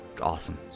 awesome